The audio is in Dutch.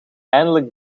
eindelijk